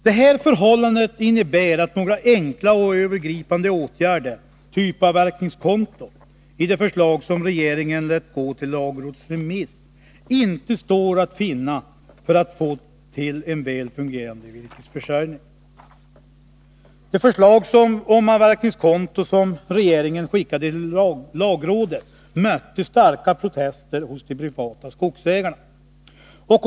Det här förhållandet innebär att några enkla och övergripande åtgärder, typ avverkningskonto, i det förslag som regeringen lät gå till lagrådsremiss inte står att finna för att vi skall få en väl fungerande virkesförsörjning. Det förslag om avverkningskonto som regeringen skickade till lagrådet mötte starka protester från de privata skogsägarnas sida.